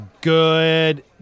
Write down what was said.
Good